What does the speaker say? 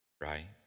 right